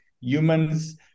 humans